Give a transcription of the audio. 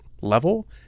level